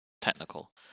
technical